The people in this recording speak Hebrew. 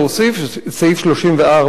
זה סעיף 34א,